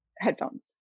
headphones